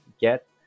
get